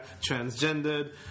transgendered